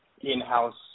in-house